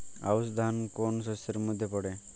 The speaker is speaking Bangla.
আউশ ধান কোন শস্যের মধ্যে পড়ে?